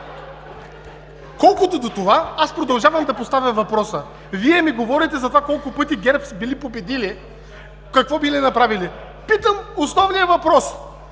Колкото до това, аз продължавам да поставям въпроса. Вие ми говорите за това колко пъти ГЕРБ са били победили, какво били направили. Питам основния въпрос.